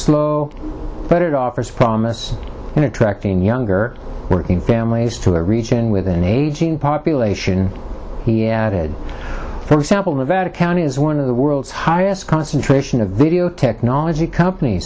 slow but it offers promise in attracting younger working families to a region with an aging population he added for example nevada county is one of the world's highest concentration of video technology compan